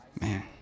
Man